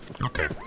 Okay